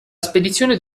spedizione